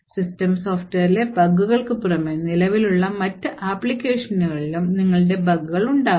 system സോഫ്റ്റ്വെയറിലെ ബഗുകൾക്ക് പുറമേ നിലവിലുള്ള മറ്റ് ആപ്ലിക്കേഷനുകളിലും നിങ്ങൾക്ക് ബഗുകൾ ഉണ്ടാകാം